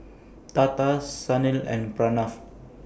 Tata Sunil and Pranav